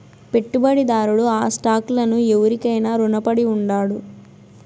పెట్టుబడిదారుడు ఆ స్టాక్ లను ఎవురికైనా రునపడి ఉండాడు